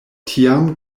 tiam